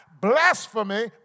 blasphemy